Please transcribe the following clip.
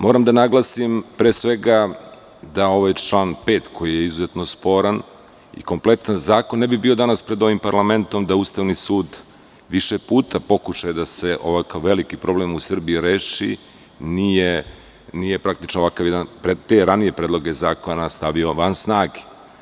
Moram da naglasim pre svega da ovaj član 5. koji je izuzetno sporan, i kompletan, zakon ne bi bio danas pred ovim parlamentom da Ustavni sud više puta pokušao da se ovakav veliki problem u Srbiji reši, nije praktično ovakav jedan predlog zakona i ranije predloge zakona stavio van snage.